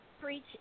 preach